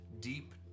deep